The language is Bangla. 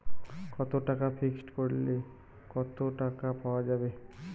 কত টাকা ফিক্সড করিলে কত টাকা পাওয়া যাবে?